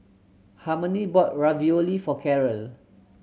Harmony bought Ravioli for Caryl